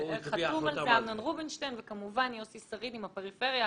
חתום על זה אמנון רובינשטיין וכמובן יוסי שריד עם הפריפריה.